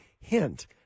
hint